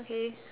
okay